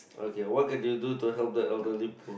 okay what can you do to help the elderly poor